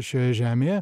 šioje žemėje